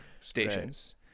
stations